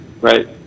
Right